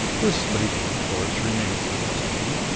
this lady, of course, remains in custody.